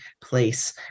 place